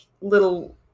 little